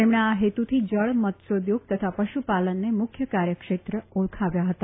તેમણે આ હેતુથી જળ મત્સ્યોદ્યોગ તથા પશુપાલનને મુખ્ય કાર્યક્ષેત્ર ઓળખાવ્યા હતા